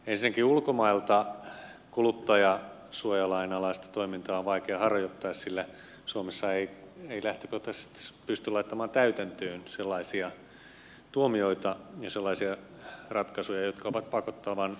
ensinnäkin ulkomailta kuluttajansuojalain alaista toimintaa on vaikea harjoittaa sillä suomessa ei lähtökohtaisesti pysty laittamaan täytäntöön sellaisia tuomioita ja sellaisia ratkaisuja jotka ovat pakottavan kuluttajansuojalainsäädännön vastaisia